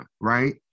right